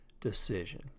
decision